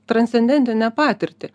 transcendentinę patirtį